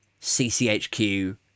CCHQ